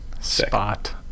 Spot